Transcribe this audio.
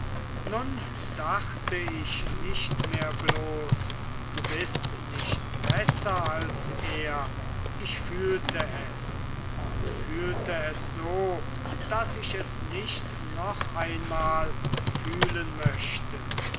nun dachte ich nicht mehr bloß du bist nicht besser als er ich fühlte es und fühlte es so daß ich es nicht noch einmal fühlen möchte